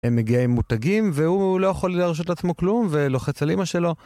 הם מגיעים מותגים והוא לא יכול להרשות לעצמו כלום ולוחץ על אימא שלו